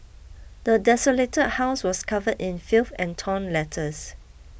the desolated house was covered in filth and torn letters